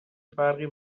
فرقی